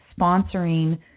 sponsoring